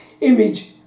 image